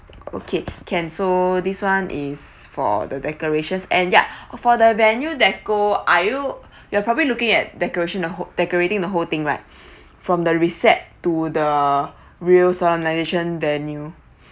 okay can so this [one] is for the decorations and ya for the venue decor are you you're probably looking at decoration uh whole decorating the whole thing right from the recept to the real solemnization venue